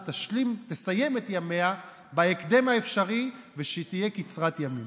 תסיים את ימיה בהקדם האפשרי ושתהיה קצרת ימים.